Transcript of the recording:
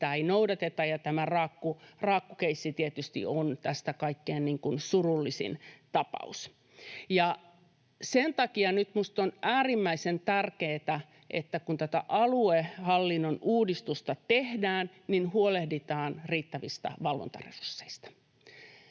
sitä ei noudateta, ja tämä raakkukeissi tietysti on tästä kaikkein surullisin tapaus. Sen takia nyt minusta on äärimmäisen tärkeätä, että kun tätä aluehallinnon uudistusta tehdään, huolehditaan riittävistä valvontaresursseista